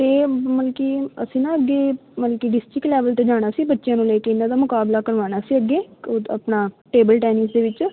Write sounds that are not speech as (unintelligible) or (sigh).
ਅਤੇ ਮਤਲਬ ਕਿ ਅਸੀਂ ਨਾ ਅੱਗੇ ਮਤਲਬ ਕਿ ਡਿਸਟਿਕ ਲੈਵਲ 'ਤੇ ਜਾਣਾ ਸੀ ਬੱਚਿਆਂ ਨੂੰ ਲੈ ਕੇ ਇਹਨਾਂ ਦਾ ਮੁਕਾਬਲਾ ਕਰਵਾਉਣਾ ਸੀ ਅੱਗੇ (unintelligible) ਆਪਣਾ ਟੇਬਲ ਟੈਨਿਸ ਦੇ ਵਿੱਚ